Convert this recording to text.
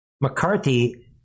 McCarthy